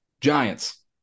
Giants